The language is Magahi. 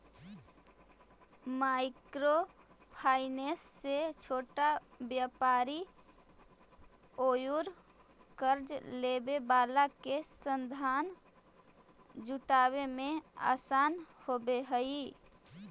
माइक्रो फाइनेंस से छोटा व्यापारि औउर कर्ज लेवे वाला के संसाधन जुटावे में आसान होवऽ हई